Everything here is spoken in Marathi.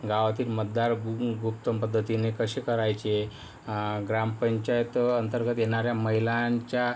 गावातील मतदार बुगुंग गुप्तम् पद्धतीने कसे करायचे ग्राम पंचायत अंतर्गत येणाऱ्या महिलांच्या